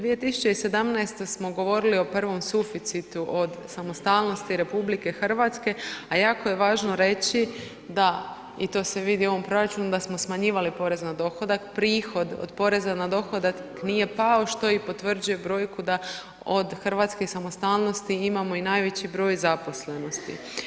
2017. smo govorili o prvom suficitu od samostalnosti RH a jako je važno reći da i to se vidi u ovom proračunu da smo smanjivali porez na dohodak, prihod od poreza na dohodak nije pao što i potvrđuje brojku da od Hrvatske samostalnosti imamo i najveći broj zaposlenosti.